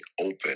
open